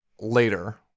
later